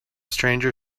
stranger